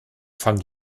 fangen